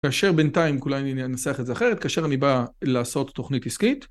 כאשר בינתיים, אולי אני אנסח את זה אחרת, כאשר אני בא לעשות תוכנית עסקית